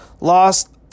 lost